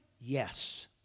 yes